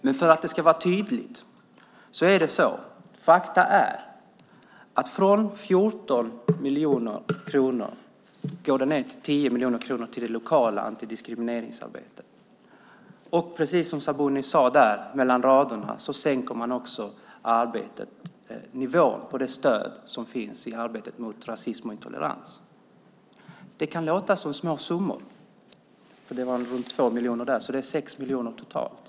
Men för att det ska vara tydligt vill jag säga att fakta är att från 14 miljoner kronor går det ned till 10 miljoner kronor till det lokala antidiskrimineringsarbetet. Precis som Sabuni sade mellan raderna sänker man också nivån på det stöd som finns till arbetet mot rasism och intolerans. Det var runt 2 miljoner där, så det är 6 miljoner totalt.